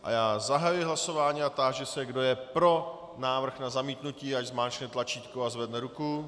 A já zahajuji hlasování a táži se, kdo je pro návrh na zamítnutí, ať zmáčkne tlačítko a zvedne ruku.